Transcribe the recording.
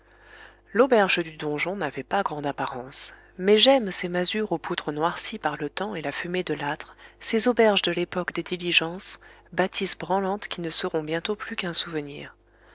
l'auberge du donjon n'avait pas grande apparence mais j'aime ces masures aux poutres noircies par le temps et la fumée de l'âtre ces auberges de l'époque des diligences bâtisses branlantes qui ne seront bientôt plus qu'un souvenir